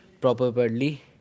properly